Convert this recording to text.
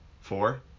four